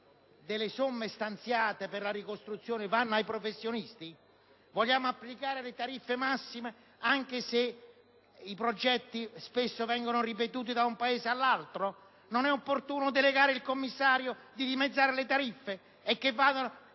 delle somme stanziate per la ricostruzione andranno ai professionisti. Vogliamo applicare le tariffe massime anche se i progetti spesso vengono ripetuti da un paese all'altro? Non sarebbe opportuno delegare il commissario a dimezzare le tariffe relative